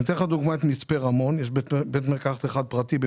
במצפה רמון, למשל, יש בית מרקחת פרטי אחד.